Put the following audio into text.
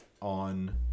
on